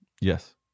Yes